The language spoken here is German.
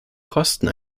kosten